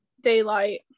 Daylight